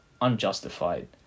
unjustified